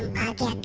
apple